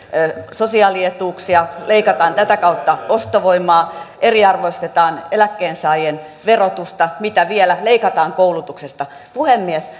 sosiaalietuuksia leikataan tätä kautta ostovoimaa eriarvoistetaan eläkkeensaajien verotusta mitä vielä leikataan koulutuksesta puhemies